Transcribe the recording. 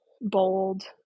bold